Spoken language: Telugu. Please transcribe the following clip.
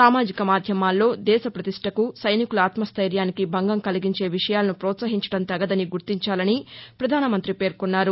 సామాజిక మాధ్యమాల్లో దేశ ప్రతిష్ఠకు సైనికుల ఆత్వసైర్యానికి భంగం కలిగించే విషయాలను ప్రోత్సహించడం తగదని గుర్తించాలని ప్రధానమంత్రి పేర్కొన్నారు